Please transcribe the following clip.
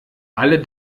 alle